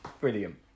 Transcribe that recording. brilliant